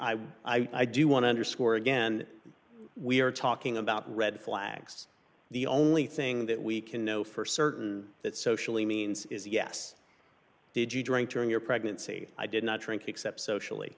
would i do want to underscore again we are talking about red flags the only thing that we can know for certain that socially means is yes did you drink during your pregnancy i did not drink except socially